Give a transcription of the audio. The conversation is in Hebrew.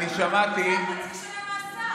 אני שמעתי, חצי שנה מאסר.